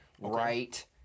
right